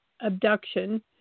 Abduction